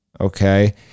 Okay